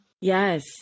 Yes